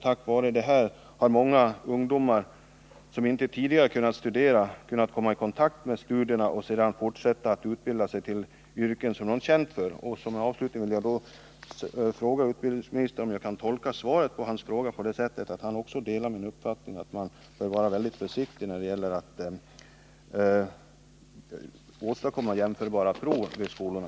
Tack vare detta har många ungdomar som inte tidigare studerat kunnat komma i kontakt med studierna och sedan fortsatt att utbilda sig till yrken som de känt för. Som avslutning vill jag fråga utbildningsministern om jag kan tolka svaret på min fråga så, att han också delar min uppfattning att man bör vara mycket försiktig när det gäller att åstadkomma jämförbara prov vid folkhögskolorna.